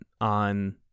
on